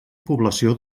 població